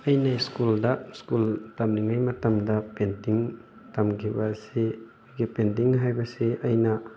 ꯑꯩꯅ ꯁ꯭ꯀꯨꯜꯗ ꯁ꯭ꯀꯨꯜ ꯇꯝꯂꯤꯉꯩ ꯃꯇꯝꯗ ꯄꯦꯟꯇꯤꯡ ꯇꯝꯈꯤꯕ ꯑꯁꯤ ꯑꯈꯣꯏꯒꯤ ꯄꯦꯟꯇꯤꯡ ꯍꯥꯏꯕꯁꯤ ꯑꯩꯅ